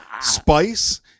spice